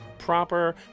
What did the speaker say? proper